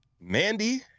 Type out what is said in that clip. Mandy